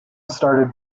started